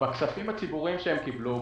בכספים הציבוריים שקיבלו,